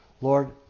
Lord